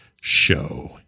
show